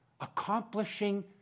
accomplishing